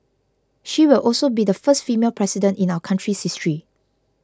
she will also be the first female President in our country's history